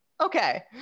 Okay